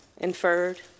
Inferred